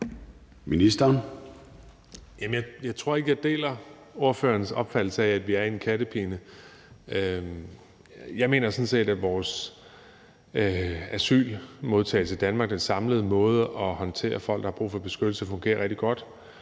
Jeg tror ikke, at jeg deler ordførerens opfattelse af, at vi er i en kattepine. Jeg mener sådan set, at vores asylmodtagelse i Danmark og vores samlede måde at håndtere folk, der har brug for beskyttelse, på fungerer rigtig godt.